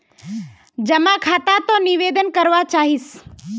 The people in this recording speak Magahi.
जमा खाता त निवेदन करवा चाहीस?